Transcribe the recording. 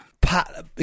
Pat